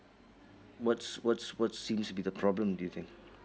what's what's what's seems to be the problem do you think